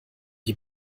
die